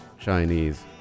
Chinese